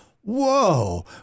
whoa